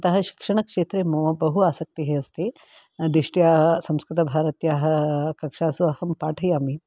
अतः शिक्षणक्षेत्रे मम बहु आसक्तिः अस्ति दिष्ट्या संस्कृत भारत्याः कक्षासु अहं पाठयामि